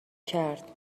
کرد